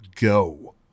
go